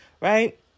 right